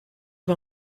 war